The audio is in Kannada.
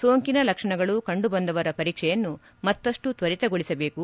ಸೋಂಕಿನ ಲಕ್ಷಣಗಳು ಕಂಡು ಬಂದವರ ಪರೀಕ್ಷೆಯನ್ನು ಮತ್ತಷ್ಟು ತ್ವರಿತಗೊಳಿಸಬೇಕು